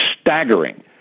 staggering